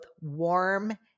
warm